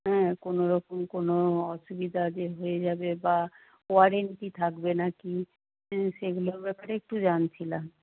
হ্যাঁ কোনো রকম কোনো অসুবিধা যে হয়ে যাবে বা ওয়ারেন্টি থাকবে না কি সেগুলোর ব্যাপারে একটু জানছিলাম